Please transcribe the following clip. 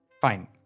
Fine